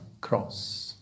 cross